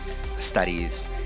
studies